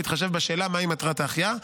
ובהתחשב בשאלה מהי מטרת ההחייאה.